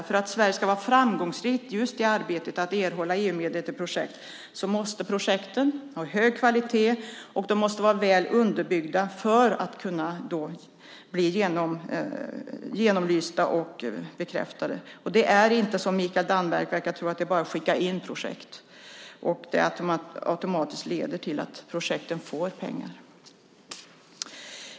För att Sverige ska vara framgångsrikt i arbetet med att erhålla EU-medel till projekt måste projekten ha hög kvalitet och vara väl underbyggda för att bli genomlysta och bekräftade. Det är inte som Mikael Damberg verkar tro, att det bara är att skicka in projekt för att de automatiskt ska få pengar.